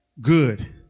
good